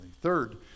Third